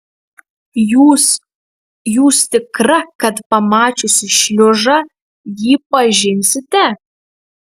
jūs jūs tikra kad pamačiusi šliuzą jį pažinsite